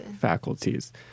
faculties